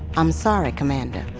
i'm sorry, commander